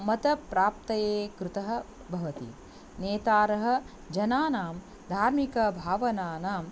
मतप्राप्तये कृतः भवति नेतारः जनानां धार्मिकभावनानां